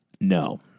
no